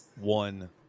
One